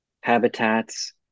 habitats